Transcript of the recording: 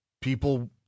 people